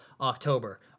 October